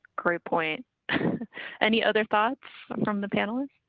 great point any other thoughts from the panelists.